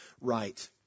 right